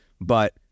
But-